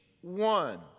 one